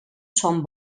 són